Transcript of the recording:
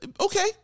okay